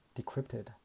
decrypted